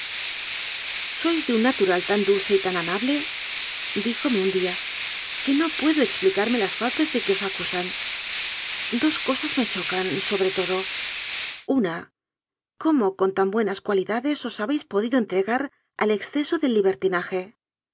de un natural tan dulce y tan amabledíjome un día que no puedo explicarme las faltas de que os acusan dos cosas me chocan sobre todo una cómo con tan buenas cualidades os habéis po dido entregar al exceso del libertinaje